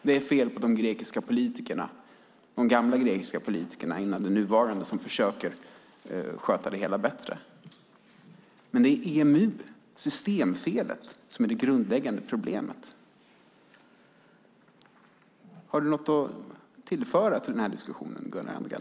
Det är fel på de gamla grekiska politikerna som fanns före de nuvarande, som försöker sköta det hela bättre. Men det är EMU, systemfelet, som är det grundläggande problemet. Har du något att tillföra diskussionen, Gunnar Andrén?